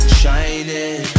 shining